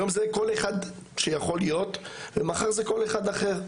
היום זה כל אחד שיכול להיות ומחר זה כל אחד אחר,